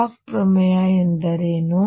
Bloch ಪ್ರಮೇಯ ಎಂದರೇನು